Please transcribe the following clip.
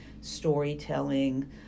storytelling